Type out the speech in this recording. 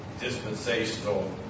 dispensational